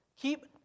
Keep